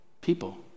people